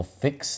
fix